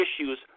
issues